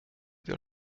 der